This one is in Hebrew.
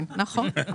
נכון.